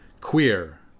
Queer